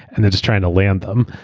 and they're just trying to land them.